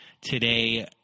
today